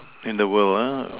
and the world uh